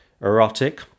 erotic